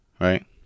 Right